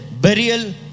Burial